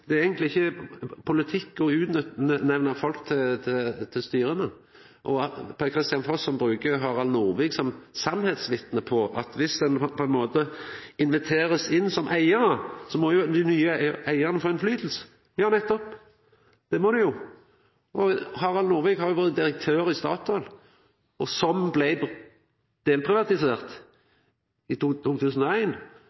at det eigentleg ikkje er politikk å utnemna folk til styra. Per-Kristian Foss bruker Harald Norvik som sanningsvitne på at dersom ein blir invitert inn som eigar, må dei nye eigarane få innflytelse. Ja, nettopp – det må dei jo. Harald Norvik har vore direktør i Statoil, som blei delprivatisert